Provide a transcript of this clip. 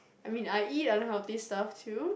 I mean I eat unhealthy stuff too